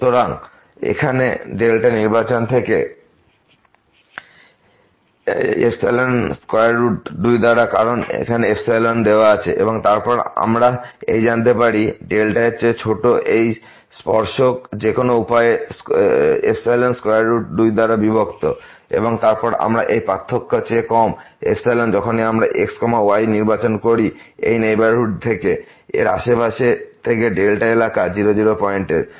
সুতরাং এখানে এই নির্বাচন এখান থেকে একটি স্কয়াররুট 2 দ্বারা কারণ দেওয়া আছে এবং তারপর আমরা এই জানতে পারি এই চেয়ে ছোট এই সম্পর্ক যেকোনো উপায়ে স্কয়াররুট 2 দ্বারা বিভক্ত এবং তারপর আমরা এই পার্থক্য চেয়ে কম হয় আছে যখনই আমরা x y নির্বাচন করি এই নেইবারহুড থেকে এই আশেপাশের থেকে এলাকা 0 0 পয়েন্টের